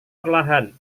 perlahan